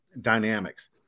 dynamics